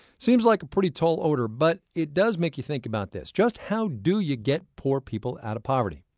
seems like a pretty tall order, but it does make you think about this just how do you get poor people out of poverty?